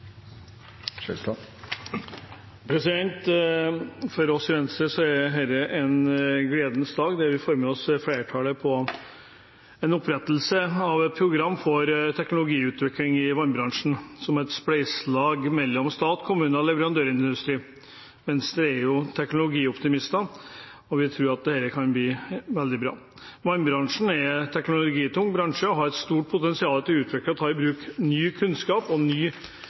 taletiden! For oss i Venstre er dette en gledens dag, der vi får med oss flertallet på en opprettelse av et program for teknologiutvikling i vannbransjen, som et spleiselag mellom stat, kommuner og leverandørindustri. Venstre er teknologioptimister, og vi tror at dette kan bli veldig bra. Vannbransjen er en teknologitung bransje og har et stort potensial til å utvikle og ta i bruk ny kunnskap og ny